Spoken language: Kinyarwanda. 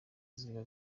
ziba